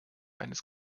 eines